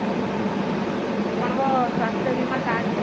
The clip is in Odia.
ହଁ ଆପଣଙ୍କ ସ୍ୱାସ୍ଥ୍ୟ ବୀମା କାର୍ଡ଼